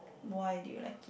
why did you like it